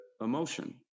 emotion